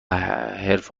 حرفه